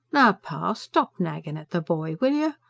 now, pa, stop nagging at the boy, will you?